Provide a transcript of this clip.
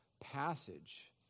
passage